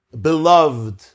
beloved